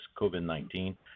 COVID-19